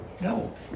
No